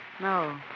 No